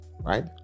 right